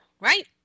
right